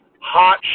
hot